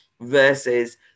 versus